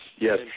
yes